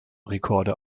rekorde